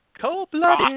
Cold-blooded